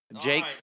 Jake